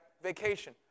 vacation